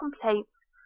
complaints